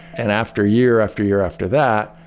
and after year after year after that,